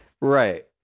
Right